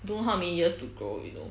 don't know how many years to grow you know